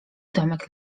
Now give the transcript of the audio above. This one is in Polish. domek